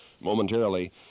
momentarily